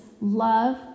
love